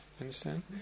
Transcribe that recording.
Understand